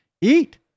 eat